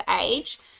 age